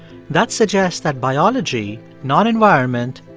that suggests that biology, not environment,